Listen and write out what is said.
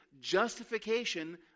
justification